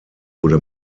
wurde